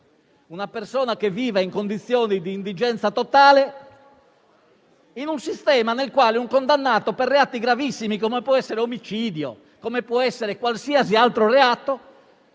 una persona che vive in condizioni di indigenza totale in un sistema nel quale un condannato per reati gravissimi, come può essere l'omicidio o qualsiasi altro reato,